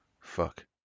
Fuck